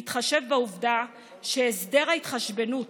בהתחשב בעובדה שהסדר ההתחשבנות